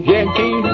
Yankee